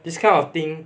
this kind of thing